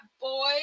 boy